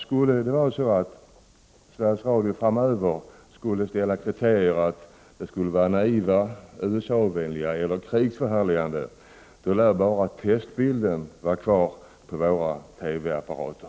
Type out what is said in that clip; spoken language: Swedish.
Skulle det bli så, herr talman, att Sveriges Radio framdeles skulle mena att programmen är naiva, USA-vänliga eller krigsförhärligande, lär bara testbilden bli kvar i våra TV-apparater.